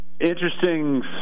Interesting